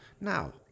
Now